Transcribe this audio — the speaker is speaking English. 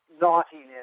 Naughtiness